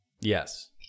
yes